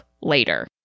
later